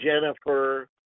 Jennifer